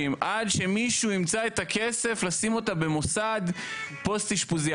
עד שמישהו ימצא את הכסף לשים אותה במוסד פוסט אשפוזי.